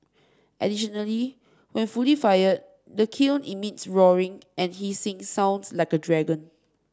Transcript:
additionally when fully fired the kiln emits roaring and hissing sounds like a dragon